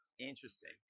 Interesting